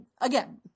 again